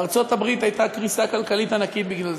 בארצות-הברית הייתה קריסה כלכלית ענקית בגלל זה,